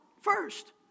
first